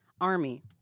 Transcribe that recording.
Army